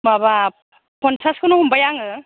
माबा फनसासखौनो हमबाय आङो